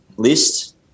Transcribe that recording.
list